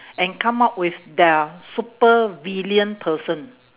and come up with their supervillain person